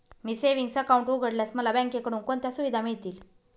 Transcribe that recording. मी savings account उघडल्यास मला बँकेकडून कोणत्या सुविधा मिळतील?